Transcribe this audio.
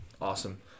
Awesome